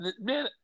Man